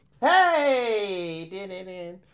Hey